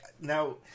Now